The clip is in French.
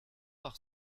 par